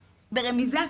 ברמיזה,